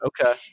Okay